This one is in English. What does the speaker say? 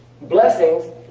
Blessings